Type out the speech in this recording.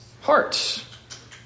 hearts